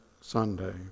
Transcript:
Sunday